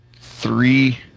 three